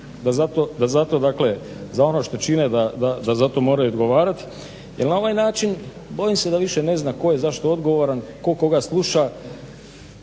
da za to dakle, za ono što čine da za to moraju odgovarati jer na ovaj način bojim se da više ne zna tko je za što odgovoran, tko koga sluša,